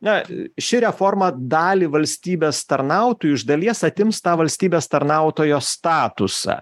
na ši reforma dalį valstybės tarnautojų iš dalies atims tą valstybės tarnautojo statusą